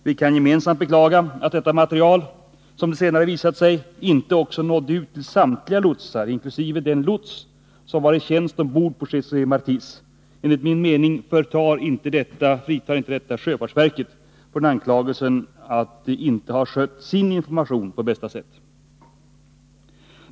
Vi kan gemensamt beklaga att detta material, som det senare har visat sig, inte också nådde ut till samtliga lotsar inkl. den lots som var i tjänst ombord på José Martis. Enligt min mening fritar inte detta sjöfartsverket från anklagelsen att inte ha skött sin information på bästa sätt.